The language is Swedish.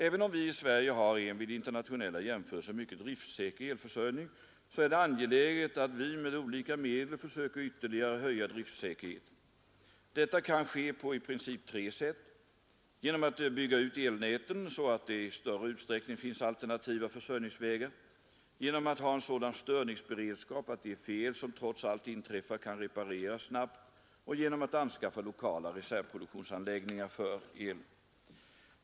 Även om vi i Sverige har en vid internationella jämförelser mycket driftsäker elförsörjning så är det angeläget att vi med olika medel försöker ytterligare höja driftsäkerheten. Detta kan ske på i princip tre sätt: genom att bygga ut elnäten så att det i större utsträckning finns alternativa försörjningsvägar, genom att ha en sådan störningsberedskap att de fel som trots allt inträffar kan repareras snabbt och genom att anskaffa lokala reservproduktionsanläggningar för el.